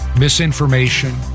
misinformation